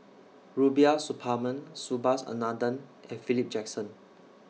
Rubiah Suparman Subhas Anandan and Philip Jackson